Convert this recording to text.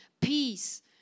peace